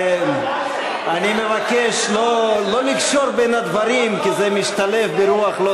אני מבקש לא לקשור בין הדברים כי זה משתלב ברוח לא